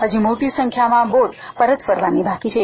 હજી મોટી સંખ્યામાં બોટ પરત ફરવાની બાકી છે